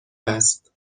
است